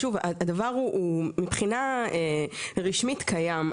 שוב, הדבר הוא מבחינה רשמית קיים.